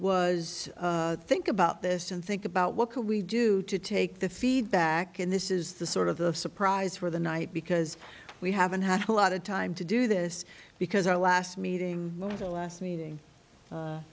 was think about this and think about what can we do to take the feedback and this is the sort of the surprise for the night because we haven't had a lot of time to do this because our last meeting the last meeting